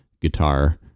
guitar